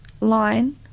line